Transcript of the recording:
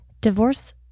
Divorce